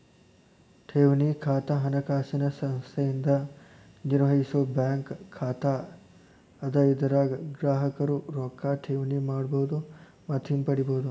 ಠೇವಣಿ ಖಾತಾ ಹಣಕಾಸಿನ ಸಂಸ್ಥೆಯಿಂದ ನಿರ್ವಹಿಸೋ ಬ್ಯಾಂಕ್ ಖಾತಾ ಅದ ಇದರಾಗ ಗ್ರಾಹಕರು ರೊಕ್ಕಾ ಠೇವಣಿ ಮಾಡಬಹುದು ಮತ್ತ ಹಿಂಪಡಿಬಹುದು